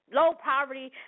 low-poverty